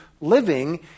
living